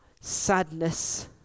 sadness